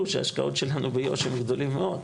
שההשקעות שלנו ביו"ש הן גדולות מאוד.